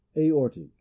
aortic